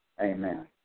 Amen